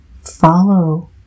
Follow